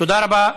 תודה רבה.